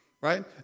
Right